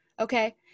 okay